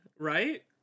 Right